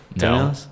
No